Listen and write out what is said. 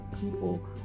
people